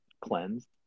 cleanse